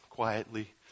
quietly